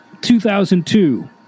2002